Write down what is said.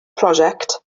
prosiect